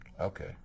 Okay